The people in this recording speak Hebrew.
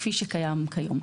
כפי שקיים כיום.